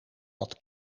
dat